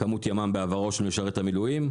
כמות ימ"מ בעברו של משרת המילואים.